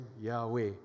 Yahweh